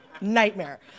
Nightmare